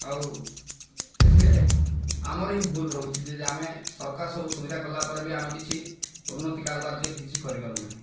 ଆଉ ଏଥିରେ ଆମର ହିଁ ଭୁଲ ରହୁଛି ଯେ ଆମେ ସରକାର ସବୁ ସୁବିଧା କଲା ପରେ ବି ଆମେ କିଛି ଉନ୍ନତିକର କାର୍ଯ୍ୟ କିଛି କରିପାରୁନାହିଁ